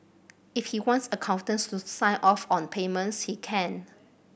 if he wants accountants to sign off on payments he can